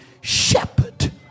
shepherd